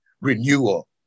renewal